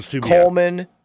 Coleman